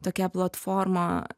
tokia platforma